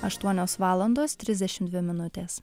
aštuonios valandos trisdešim dvi minutės